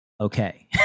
okay